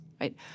right